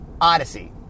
Odyssey